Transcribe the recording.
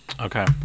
Okay